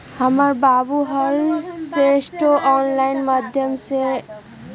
हमर बाबू हरसठ्ठो ऑनलाइन माध्यमें से ट्रांजैक्शन हिस्ट्री के जानकारी प्राप्त करइ छिन्ह